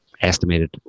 estimated